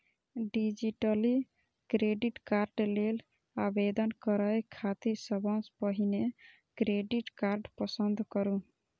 digitally credit card लेल आवेदन करै खातिर सबसं पहिने क्रेडिट कार्ड पसंद करू